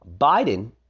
Biden